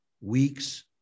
weeks